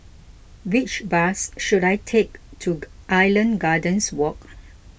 which bus should I take to Island Gardens Walk